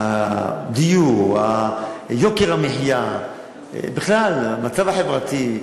הדיור, יוקר המחיה, ובכלל המצב החברתי,